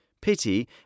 Pity